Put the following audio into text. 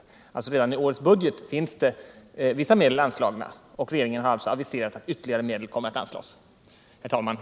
Det finns alltså redan i årets budget vissa medel anslagna, och regeringen har aviserat att ytterligare medel kommer att anslås. Herr talman!